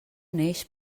neix